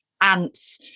ants